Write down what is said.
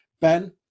ben